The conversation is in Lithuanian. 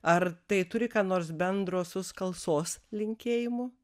ar tai turi ką nors bendro su skalsos linkėjimu